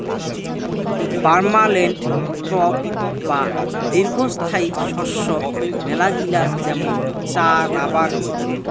permanent crop বা দীর্ঘস্থায়ী শস্য মেলাগিলা যেমন চা, রাবার ইত্যাদি